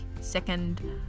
second